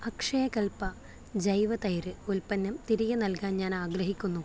അക്ഷയകൽപ ജൈവ തൈര് ഉൽപ്പന്നം തിരികെ നൽകാൻ ഞാൻ ആഗ്രഹിക്കുന്നു